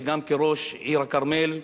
וגם כראש עיר-הכרמל,